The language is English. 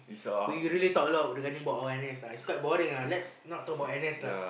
we really talk a lot regarding about our N_S ah it's quite boring ah let's not talk about N_S lah